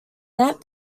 net